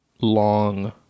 long